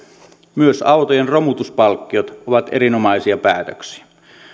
myös autojen romutuspalkkiot ovat erinomaisia päätöksiä